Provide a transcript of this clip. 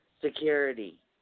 security